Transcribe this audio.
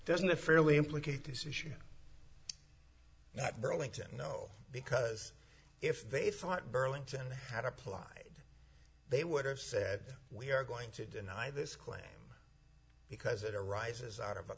doesn't the fairly implicate this issue not burlington no because if they thought burlington had applied they would have said we are going to deny this claim because it arises out of a